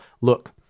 look